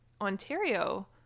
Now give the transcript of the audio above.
ontario